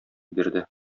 бирде